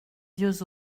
vieux